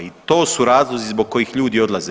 I to su razlozi zbog kojih ljudi odlaze.